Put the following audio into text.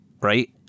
right